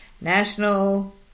National